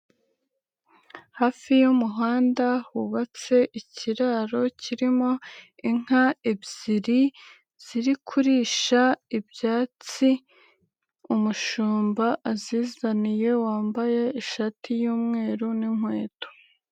Hafi y'umuhanda, hubatse ikiraro kirimo inka ebyiri ziri kurisha ibyatsi, umushumba azizaniye, wambaye ishati y'umweru n'inkweto.